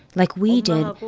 like we did,